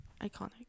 iconic